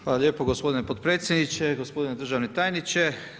Hvala lijepo gospodine potpredsjedniče, gospodine državni tajniče.